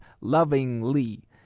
lovingly